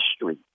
history